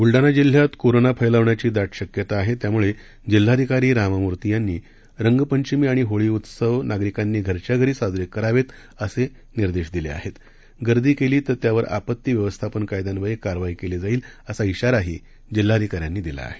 ब्लडाणा जिल्ह्यात कोरोना फैलावण्याची दाट शक्यता आहे त्यामुळे जिल्हाधिकारी रामा मूर्ती यांनी रंगपंचमी आणि होळी उत्सव नागरिकांनी घरच्या घरी साजरे करावे असे निर्देश दिले आहेत गर्दी केल्यास त्यावर आपत्ती व्यवस्थापन कायद्यान्वये कारवाई करण्यात येईल असा श्रीाराही जिल्हाधिकाऱ्यांनी दिला आहे